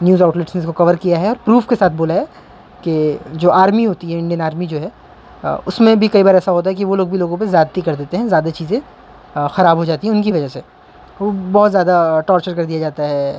news outlets نے اس کو کور کیا ہے اور پروف کے ساتھ بولا ہے کہ جو آرمی ہوتی ہے انڈین آرمی جو ہے اس میں بھی کئی بار ایسا ہوتا ہے کہ وہ لوگ بھی لوگوں پہ زیادتی کر دیتے ہیں زیادہ چیزیں خراب ہو جاتی ہیں ان کی وجہ سے وہ بہت زیادہ ٹارچر کر دیا جاتا ہے